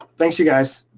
thanks, you guys.